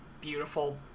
beautiful